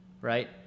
right